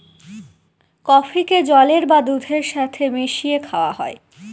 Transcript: কফিকে জলের বা দুধের সাথে মিশিয়ে খাওয়া হয়